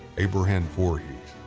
abraham voorhees,